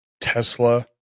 Tesla